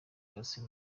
cassien